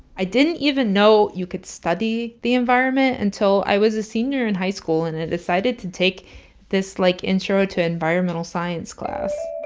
i didn't even know you could study the environment until i was a senior in high school, and i ah decided to take this, like, intro to environmental science class